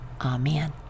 amen